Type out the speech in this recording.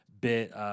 bit